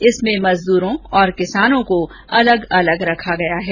इसमें मजदूरों और किसानों को अलग रखा गया है